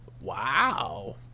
wow